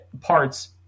parts